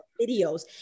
videos